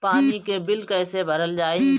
पानी के बिल कैसे भरल जाइ?